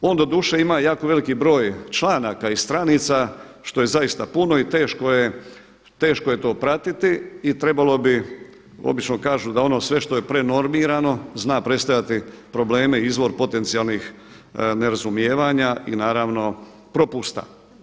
On doduše ima jako veliki broj članaka i stranica što je zaista puno i teško je to pratiti i trebalo bi obično kažu da ono sve što je prenormirano zna predstavljati probleme i izvor potencijalnih nerazumijevanja i naravno propusta.